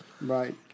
Right